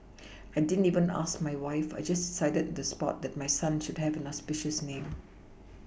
I didn't even ask my wife I just decided the spot that my son should have an auspicious name